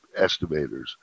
estimators